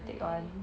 okay